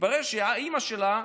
מתברר שהאימא שלה,